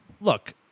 look